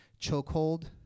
chokehold